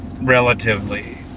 relatively